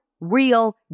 real